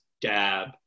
DAB